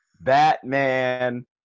Batman